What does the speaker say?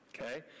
Okay